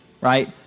right